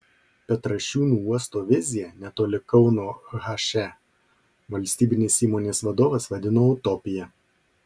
petrašiūnų uosto viziją netoli kauno he valstybinės įmonės vadovas vadino utopija